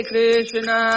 Krishna